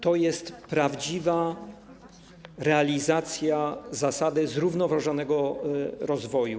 To jest prawdziwa realizacja zasady zrównoważonego rozwoju.